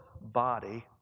body